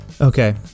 Okay